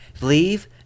Leave